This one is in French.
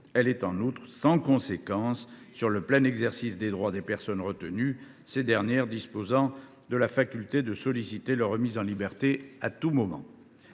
Elle est en outre sans conséquence sur le plein exercice des droits des personnes retenues, ces dernières disposant de la faculté de solliciter leur remise en liberté à tout moment